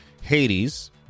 Hades